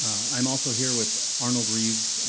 i'm also here with arnold reeves,